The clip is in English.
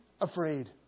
afraid